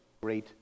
great